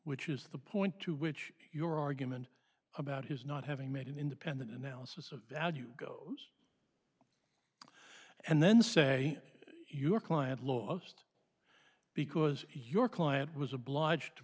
which is the point to which your argument about his not having made an independent analysis of value goes and then say your client lost because your client was obliged to